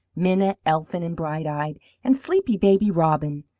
minna, elfin and bright-eyed, and sleepy baby robin.